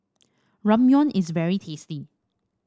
ramyeon is very tasty